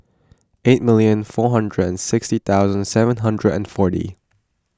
eight million four hundred and six thousand seven hundred and forty